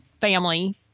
family